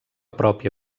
pròpia